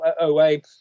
away